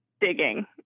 digging